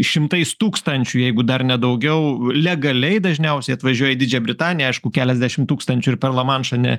šimtais tūkstančių jeigu dar ne daugiau legaliai dažniausiai atvažiuoja į didžiąją britaniją aišku keliasdešim tūkstančių ir per lamanšą ne